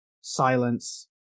silence